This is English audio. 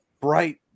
bright